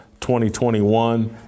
2021